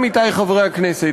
עמיתי חברי הכנסת,